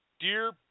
dear